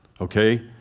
Okay